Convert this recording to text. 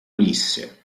ulisse